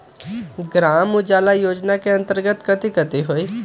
ग्राम उजाला योजना के अंतर्गत कथी कथी होई?